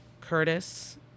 Curtis